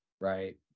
right